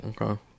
Okay